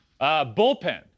Bullpen